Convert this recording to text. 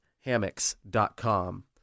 hammocks.com